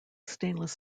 stainless